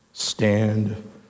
Stand